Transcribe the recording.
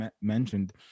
mentioned